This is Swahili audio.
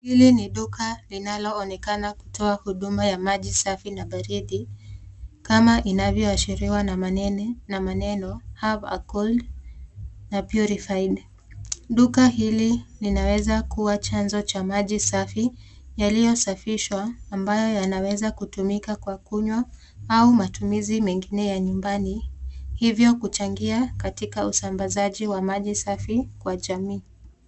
Hili ni duka linaloonekana kutoa huduma ya maji safi na baridi kama inavyoashiriwa na maneno have a cold na purified . Duka hili linaweza kuwa chanzo cha maji safi yaliyosafishwa ambayo yanaweza kutumika kwa kunywa au matumizi mengine ya nyumbani hivyo kuchangia katika usambazaji wa maji safi kwa jamii.